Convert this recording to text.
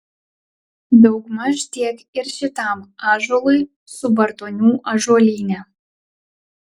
daugmaž tiek ir šitam ąžuolui subartonių ąžuolyne